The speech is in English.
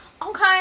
okay